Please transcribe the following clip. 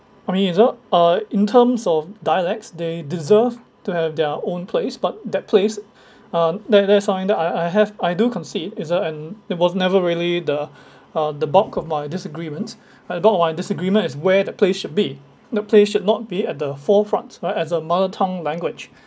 I mean although uh in terms of dialects they deserve to have their own place but that place uh that that sign that I I have I do concede is uh and there was never really the uh the bulk of my disagreements and bulk of my disagreement is where the place should be the place should not be at the forefront alright as a mother tongue language